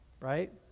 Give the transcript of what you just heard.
right